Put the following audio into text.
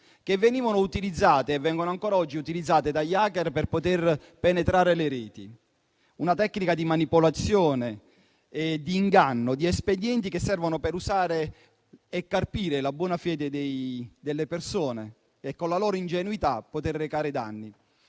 che venivano utilizzate e vengono ancora oggi utilizzate dagli *hacker* per poter penetrare le reti, tecniche di manipolazione e di inganno, espedienti che servono per usare e carpire la buona fede delle persone e, con la loro ingenuità, poter recare danni.